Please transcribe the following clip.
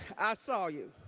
i saw you.